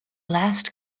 last